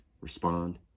respond